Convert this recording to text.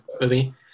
movie